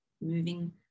moving